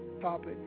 topic